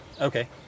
Okay